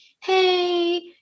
hey